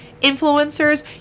influencers